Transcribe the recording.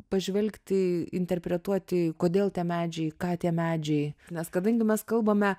pažvelgti interpretuoti kodėl tie medžiai ką tie medžiai nes kadangi mes kalbame